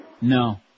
No